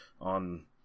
on